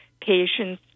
patients